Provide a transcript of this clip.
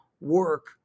work